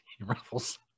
Ruffles